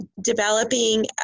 developing